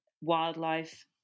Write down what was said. wildlife